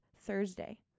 Thursday